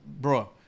bro